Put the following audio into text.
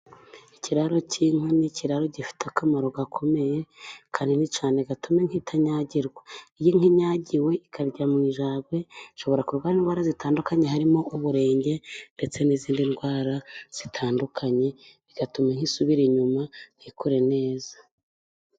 Ikiraro cy'inka ni ikiraro gifite akamaro gakomeye kanini cyane gatuma inka itanyagirwa. Iyo inka inyagiwe ikaryama mu ijadwe, ishobora kurwara indwara zitandukanye harimo uburengenge ndetse n'izindi ndwara zitandukanye, bigatuma inka isubira inyuma ntikure neza.